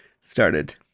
started